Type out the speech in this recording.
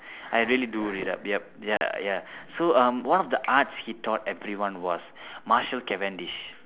I really do read up yup ya ya so um one of the arts he taught everyone was martial cavendish